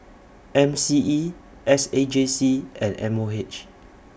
M C E S A J C and M O H